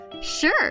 sure